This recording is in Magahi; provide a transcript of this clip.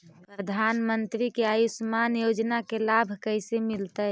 प्रधानमंत्री के आयुषमान योजना के लाभ कैसे मिलतै?